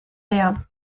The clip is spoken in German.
leer